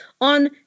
on